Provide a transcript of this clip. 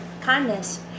kindness